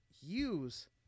use